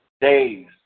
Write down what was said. days